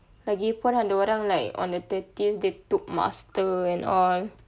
lagipun ada orang like on the thirtieth they took master and all